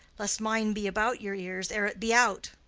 lest mine be about your ears ere it be out.